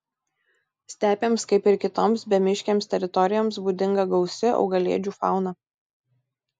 stepėms kaip ir kitoms bemiškėms teritorijoms būdinga gausi augalėdžių fauna